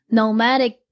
nomadic